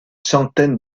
centaine